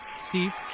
Steve